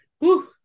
Woo